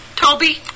Toby